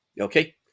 Okay